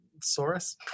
Saurus